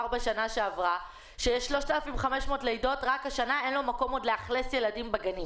בשנה שעברה שיש 3,500 לידות רק השנה ואין לו מקום לאכלס בגני הילדים.